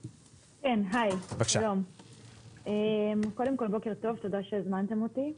בוקר טוב ותודה שהזמנתם אותי.